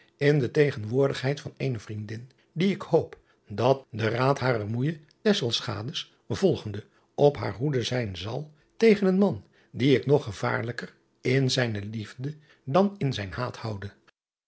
in de tegenwoordigheid van eene vriendin die ik hoop dat den raad harer moeije volgende op hare hoede zijn zal tegen een man dien ik nog gevaarlijker in zijne liefde dan in zijn haat houde